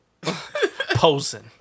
Posing